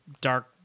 dark